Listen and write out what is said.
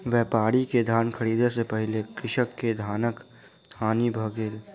व्यापारी के धान ख़रीदै सॅ पहिने कृषक के धानक हानि भ गेल